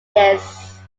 this